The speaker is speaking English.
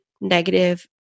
negative